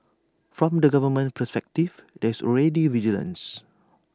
from the government's perspective there's already vigilance